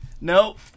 Nope